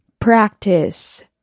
practice